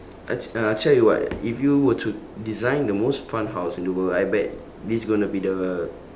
I t~ uh I tell you what if you were to design the most fun house in the world I bet this gonna be the